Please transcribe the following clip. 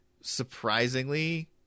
surprisingly